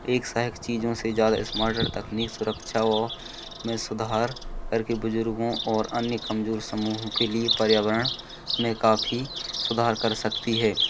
एक सहायक चीज़ों से ज़्यादा इस्मार्टर तकनीक सुरक्षा वह में सुधार करके बुज़ुर्गों और अन्य कमज़ोर समूह के लिए पर्यावरण में काफी सुधार कर सकती है